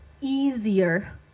easier